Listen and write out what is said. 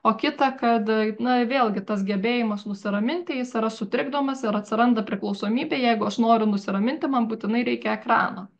o kita kad na vėlgi tas gebėjimas nusiraminti jis yra sutrikdomas ir atsiranda priklausomybė jeigu aš noriu nusiraminti man būtinai reikia ekrano